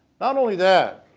not only that.